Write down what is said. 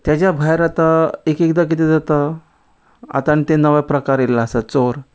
ते भायर आतां एकदा कितें जाता आतां आनी तें नवे प्रकार येयल्ले आसा चोर